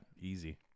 Easy